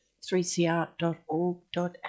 3cr.org.au